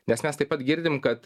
nes mes taip pat girdim kad